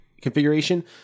configuration